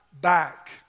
back